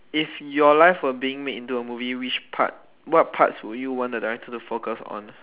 if your life was being made into a movie which part what part would you want the director to focus on